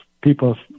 people